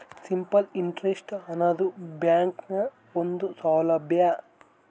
simple interest ಆನದು ಬ್ಯಾಂಕ್ನ ಒಂದು ಸೌಲಬ್ಯಾ